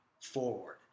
forward